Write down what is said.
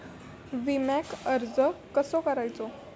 विम्याक अर्ज कसो करायचो?